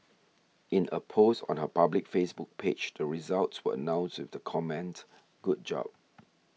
in a post on her public Facebook page the results were announced with the comment Good job